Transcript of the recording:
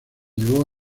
llevó